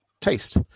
taste